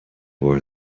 were